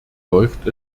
läuft